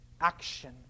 action